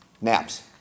Naps